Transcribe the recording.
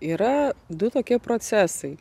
yra du tokie procesai